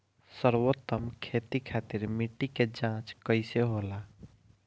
सर्वोत्तम खेती खातिर मिट्टी के जाँच कइसे होला?